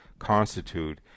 constitute